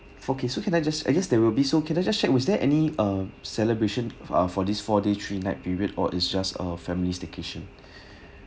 okay you can I just I guess there will be so can I just check was there any uh celebration ah for this four day three night period or it's just a family staycation